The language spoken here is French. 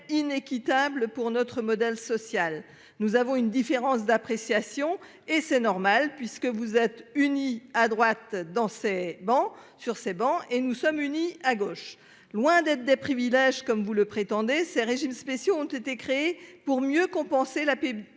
inéquitable pour notre modèle social. Nous avons une différence d'appréciation et c'est normal puisque vous êtes unis à droite dans ces bancs sur ces bancs et nous sommes unis à gauche. Loin d'être des privilèges, comme vous le prétendez, ces régimes spéciaux ont été créés pour mieux compenser la